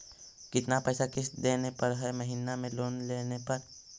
कितना पैसा किस्त देने पड़ है महीना में लोन लेने पर?